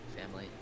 family